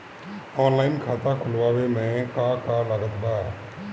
Online खाता खुलवावे मे का का लागत बा?